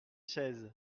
chaises